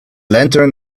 lantern